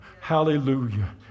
hallelujah